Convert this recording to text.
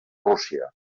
rússia